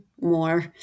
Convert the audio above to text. more